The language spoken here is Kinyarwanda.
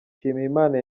nshimiyimana